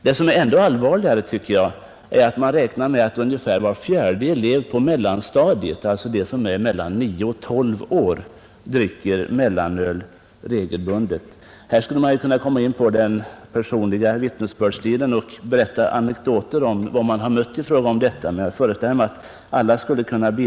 Vad som är ännu allvarligare, tycker jag, är att man räknar med att var fjärde elev på mellanstadiet, alltså de som är mellan 9 och 12 år, dricker mellanöl regelbundet. Vi är alltså överens om att vi har ett problem.